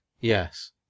Yes